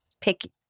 Pick